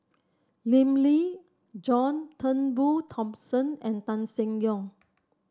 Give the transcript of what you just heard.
Lim Lee John Turnbull Thomson and Tan Seng Yong